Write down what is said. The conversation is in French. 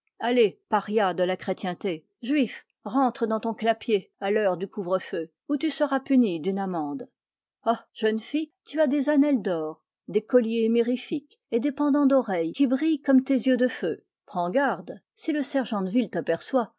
allez paria de la chrétienté juif rentre dans ton clapier à l'heure du couvrefeu ou tu seras puni d'une amende ah jeune fille tu as des annels d'or des colliers mirifiques et des pendants d'oreilles qui brillent comme tes yeux de feu prends garde si le sergent de ville t'aperçoit